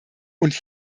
und